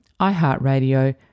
iHeartRadio